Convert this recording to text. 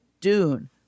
Dune